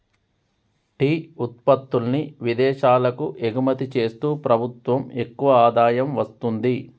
tea ఉత్పత్తుల్ని విదేశాలకు ఎగుమతి చేస్తూ ప్రభుత్వం ఎక్కువ ఆదాయం వస్తుంది